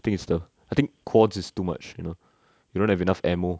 three is the I think quads is too much you know you don't have enough ammo